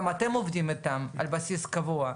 גם אתם עובדים איתם על בסיס קבוע,